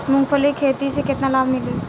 मूँगफली के खेती से केतना लाभ मिली?